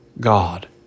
God